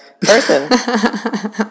person